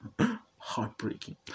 Heartbreaking